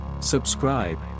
Subscribe